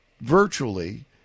virtually